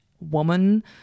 woman